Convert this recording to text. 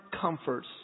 comforts